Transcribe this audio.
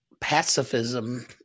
pacifism